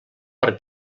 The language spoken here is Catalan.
per